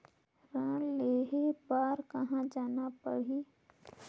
ऋण लेहे बार कहा जाना पड़ही?